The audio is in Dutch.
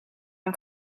een